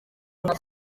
nka